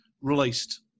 released